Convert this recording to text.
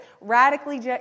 radically